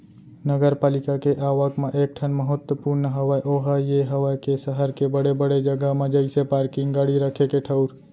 नगरपालिका के आवक म एक ठन महत्वपूर्न हवय ओहा ये हवय के सहर के बड़े बड़े जगा म जइसे पारकिंग गाड़ी रखे के ठऊर